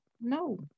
No